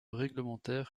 réglementaire